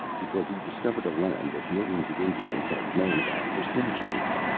because he discovered a land that millions of indians had known about for centuries.